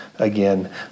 again